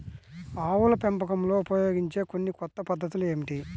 ఆవుల పెంపకంలో ఉపయోగించే కొన్ని కొత్త పద్ధతులు ఏమిటీ?